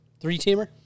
Three-teamer